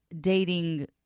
dating